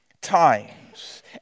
times